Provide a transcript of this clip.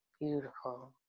beautiful